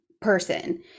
person